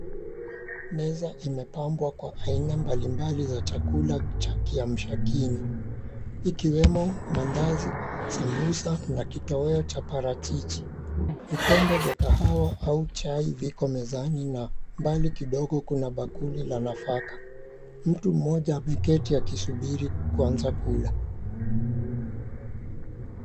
Meza imepabwa kwa aina mbali mbali za chakula cha kiamsha kinywa ikiwemo maandazi, sambusa na kitoweo cha parachichi. Vikombe vya kahawa au chai viko mezani na mbali kidogo kuna bakuli la nafaka, mtu mmoja ameketi akisubiri kuanza kula.